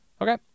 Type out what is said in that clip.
Okay